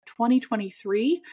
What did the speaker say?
2023